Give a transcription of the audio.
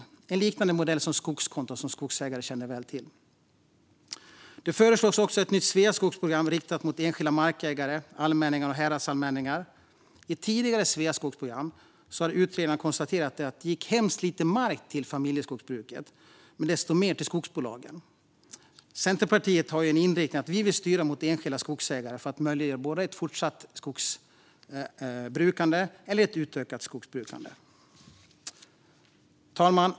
Det är en liknande modell som skogskonto, som skogsägare ju känner väl till. Det föreslås också ett nytt Sveaskogsprogram riktat mot enskilda markägare, allmänningar och häradsallmänningar. I tidigare Sveaskogsprogram har utredningar konstaterat att det var väldigt lite mark som gick till familjeskogsbruk men desto mer till skogsbolag. Centerpartiet vill styra mot enskilda skogsägare för att möjliggöra både fortsatt och utökat skogsbrukande. Fru talman!